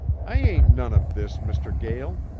i ain't none of this, mr. gael,